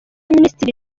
minisitiri